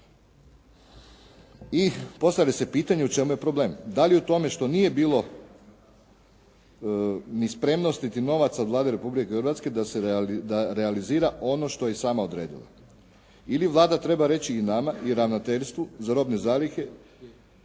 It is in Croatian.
I postavlja se pitanje u čemu je problem. Da li je u tome što nije bilo ni spremnosti, niti novaca od Vlade Republike Hrvatske da realizira ono što je i sama odredila ili Vlada treba reći i nama i ravnateljstvu za robne zalihe